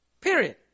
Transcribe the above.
Period